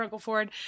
Ford